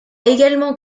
également